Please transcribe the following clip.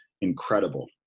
incredible